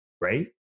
right